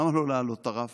למה לא להעלות את הרף?